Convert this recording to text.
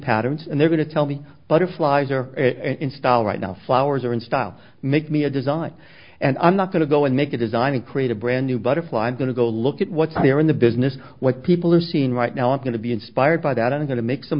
patterns and they're going to tell me butterflies are in style right now flowers are in style make me a design and i'm not going to go and make a design and create a brand new butterfly i'm going to go look at what's there in the business what people are seeing right now i'm going to be inspired by that i'm going to make some